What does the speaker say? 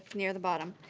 near the bottom.